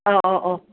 ꯑꯥꯎ ꯑꯥꯎ ꯑꯥꯎ